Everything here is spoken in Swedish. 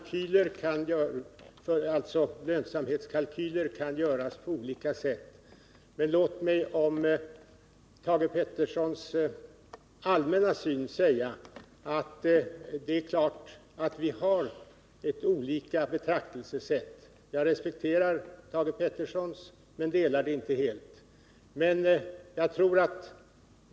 Herr talman! Lönsamhetskalkyler kan göras på olika sätt. Men låt mig om Thage Petersons allmänna synsätt säga att det är klart att vi har olika betraktelsesätt. Jag respekterar Thage Petersons men delar det inte helt.